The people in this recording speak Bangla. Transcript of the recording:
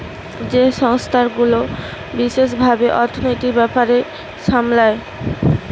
যেই সংস্থা গুলা বিশেষ ভাবে অর্থনীতির ব্যাপার সামলায়